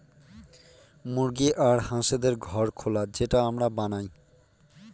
মুরগি আর হাঁসদের ঘর খোলা যেটা আমরা বানায়